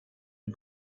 and